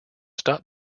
stop